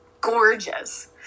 gorgeous